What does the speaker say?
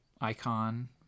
icon